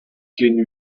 quenu